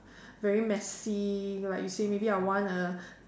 very messy like you say maybe I want a